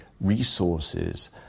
resources